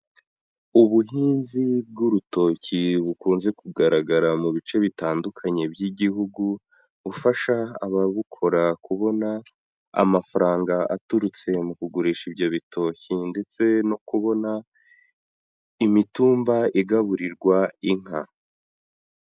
Ubuhinzi bw'urutoki bukunze kugaragara mu bice bitandukanye by'Igihugu, bufasha ababukora kubona amafaranga aturutse mu kugurisha ibyo bitoki ndetse no kubona imitumba igaburirwa inka.